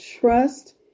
trust